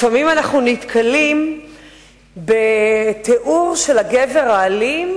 לפעמים אנחנו נתקלים בתיאור של הגבר האלים: